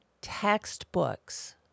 textbooks